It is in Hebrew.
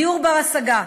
דיור בר-השגה: